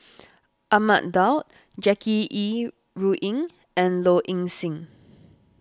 Ahmad Daud Jackie Yi Ru Ying and Low Ing Sing